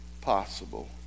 possible